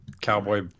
Cowboy